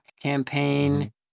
campaign